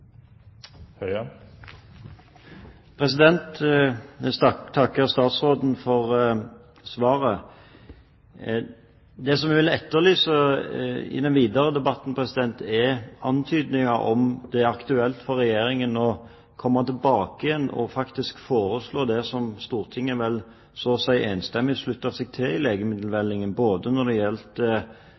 Jeg takker statsråden for svaret. Det jeg vil etterlyse i den videre debatten, er antydninger om det er aktuelt for Regjeringen å komme tilbake og faktisk foreslå det som Stortinget så å si enstemmig sluttet seg til i forbindelse med legemiddelmeldingen. Det gjelder